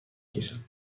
کشم